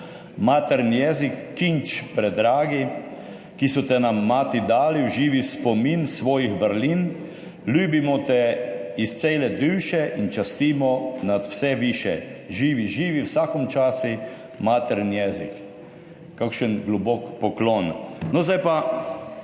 »Matern' jezik, kinč predragi, Ki so te nam mati dali v živi spomin svojih vrlin, ljübimo te z cele düše, i častimo nad vse više; /…/Živi, živi v vsakom časi Matern' jezik.« Kakšen globok poklon. Zdaj pa